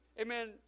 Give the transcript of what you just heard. amen